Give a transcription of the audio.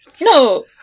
No